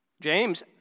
James